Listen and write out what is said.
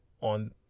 on